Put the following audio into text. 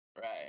Right